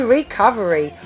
Recovery